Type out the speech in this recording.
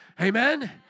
Amen